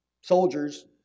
soldiers